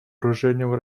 оружейного